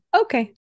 Okay